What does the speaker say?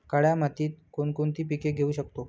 काळ्या मातीत कोणकोणती पिके घेऊ शकतो?